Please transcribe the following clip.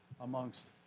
amongst